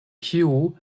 kiu